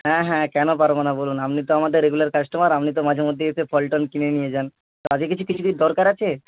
হ্যাঁ হ্যাঁ কেন পারব না বলুন আপনি তো আমাদের রেগুলার কাস্টমার আপনি তো মাঝে মধ্যেই এসে ফল টল কিনে নিয়ে যান তা আজকে কিছু কিছু কি দরকার আছে